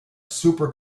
super